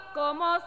como